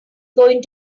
going